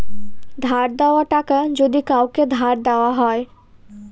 ধার দেওয়া টাকা যদি কাওকে ধার দেওয়া হয়